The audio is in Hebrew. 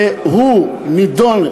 והוא נידון,